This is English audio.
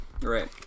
right